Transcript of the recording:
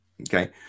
Okay